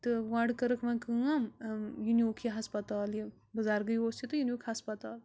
تہٕ گۄڈٕ کٔرٕکھ وۄنۍ کٲم یہِ نیوٗکھ یہِ ہَسپَتال یہِ بُزَرگٕے اوس یہِ تہٕ یہِ نیوٗکھ ہَسپَتال